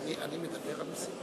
אני מתכבד לפתוח